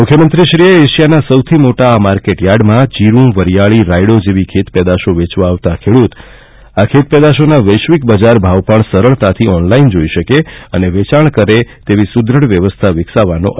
મુખ્યમંત્રીશ્રીએ એશિયાના સૌથી મોટા આ માર્કેટ યાર્ડમાં જીરૂ વરિયાળી રાયડો જેવી ખેતપેદાશો વેચવા આવતાં ખેડૂત આ ખેત પેદાશોના વૈશ્વિક બજાર ભાવ પણ સરળતાથી ઓનલાઇન જોઇ શકે અને વેચાણ કરે તેવી સુદ્રઢ વ્યવસ્થા વિકસાવવા અનુરોધ કર્યો હતો